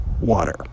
water